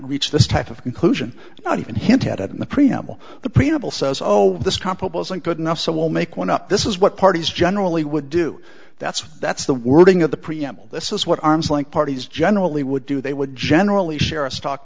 reach this type of inclusion not even hinted at in the preamble the preamble says oh this comparable isn't good enough so we'll make one up this is what parties generally would do that's that's the wording of the preamble this is what arms like parties generally would do they would generally share a stock